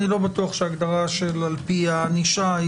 אני לא בטוח שההגדרה שעל פיה הענישה,